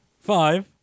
Five